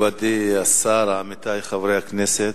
מכובדי השר, עמיתי חברי הכנסת,